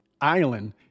island